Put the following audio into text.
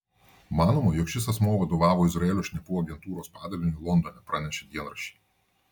manoma jog šis asmuo vadovavo izraelio šnipų agentūros padaliniui londone pranešė dienraščiai